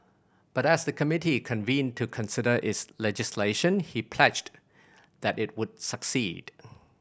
but as the committee convened to consider its legislation he pledged that it would succeed